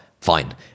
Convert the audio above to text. fine